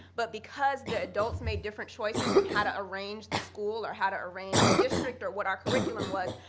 but because the adults made different choices in how to arrange the school or how to arrange the district or what our curriculum was,